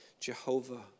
Jehovah